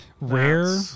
Rare